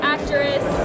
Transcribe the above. Actress